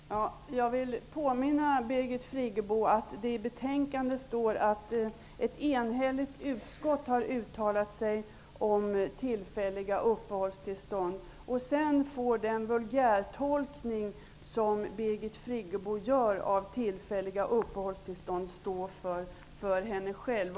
Herr talman! Jag vill påminna Birgit Friggebo om att det i betänkandet står att ett enhälligt utskott har uttalat sig om tillfälliga uppehållstillstånd. Sedan får den vulgärtolkning som Birgit Friggebo gör av detta begrepp stå för henne själv.